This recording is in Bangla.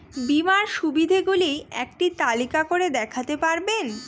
বীমার সুবিধে গুলি একটি তালিকা করে দেখাতে পারবেন?